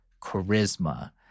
charisma